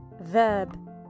verb